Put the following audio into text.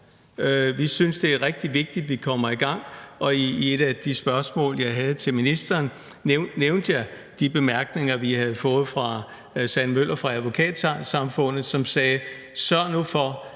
Vi synes, det er rigtig vigtigt, at vi kommer i gang, og i et af de spørgsmål, jeg havde til ministeren, nævnte jeg de bemærkninger, vi havde fået fra Sanne Møller fra Advokatsamfundet, som sagde: Sørg nu for,